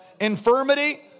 Infirmity